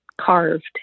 carved